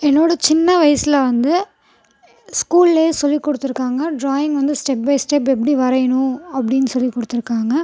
என்னோடய சின்ன வயசுல வந்து ஸ்கூல்லே சொல்லி கொடுத்துருக்காங்க ட்ராயிங் வந்து ஸ்டெப் பை ஸ்டெப் எப்படி வரையணும் அப்படினு சொல்லி கொடுத்துருக்காங்க